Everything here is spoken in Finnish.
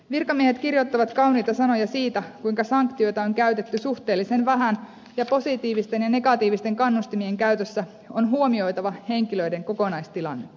virkamiehet kirjoittavat kauniita sanoja siitä kuinka sanktioita on käytetty suhteellisen vähän ja positiivisten ja negatiivisten kannustimien käytössä on huomioitava henkilöiden kokonaistilanne